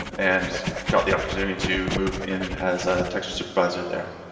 and and got the opportunity to move in as a texture supervisor there.